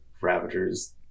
Ravagers